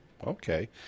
Okay